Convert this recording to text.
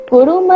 Guru